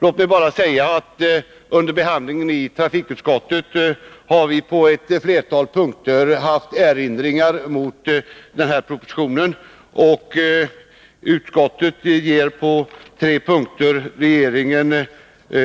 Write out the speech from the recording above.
Låt mig bara säga att under behandlingen i trafikutskottet har vi på flera punkter haft erinringar mot propositionen. På tre punkter ger utskottet regeringen